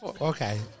Okay